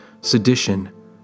sedition